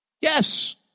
Yes